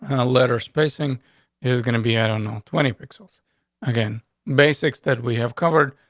and a letter spacing is gonna be, i don't know, twenty pixels again basics that we have covered.